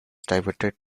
diverted